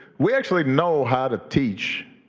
we actually know how to teach